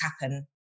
happen